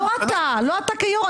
לא אתה כיו"ר.